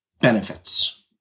benefits